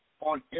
on